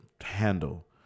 handle